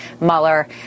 Mueller